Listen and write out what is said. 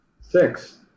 six